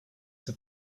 have